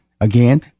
Again